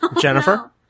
Jennifer